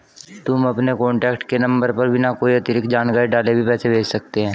तुम अपने कॉन्टैक्ट के नंबर पर बिना कोई अतिरिक्त जानकारी डाले भी पैसे भेज सकते हो